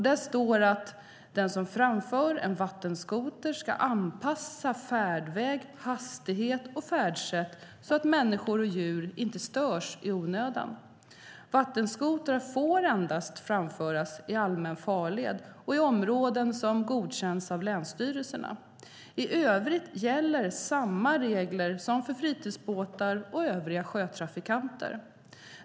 Där står: "Den som framför en vattenskoter skall anpassa färdväg, hastighet och färdsätt så att människor och djur inte störs i onödan." Vattenskotrar får endast framföras i allmän farled och i områden som godkänts av länsstyrelserna. I övrigt gäller samma regler som för fritidsbåtar och övriga sjötrafikanter.